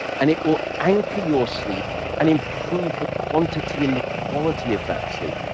and it will anchor your sleep and improve the quantity and the quality of that sleep.